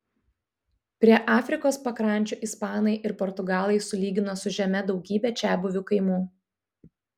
prie afrikos pakrančių ispanai ir portugalai sulygino su žeme daugybę čiabuvių kaimų